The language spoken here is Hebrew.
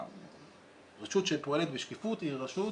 רשות שפועלת בשקיפות היא רשות